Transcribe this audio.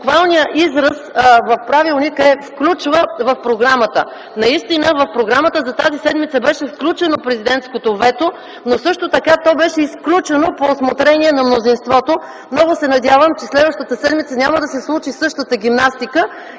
буквалният израз в правилника е „включва в програмата”. Наистина в програмата за тази седмица беше включено президентското вето, но също така то беше изключено по усмотрение на мнозинството. Много се надявам, че следващата седмица няма да се случи същата „гимнастика”